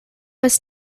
has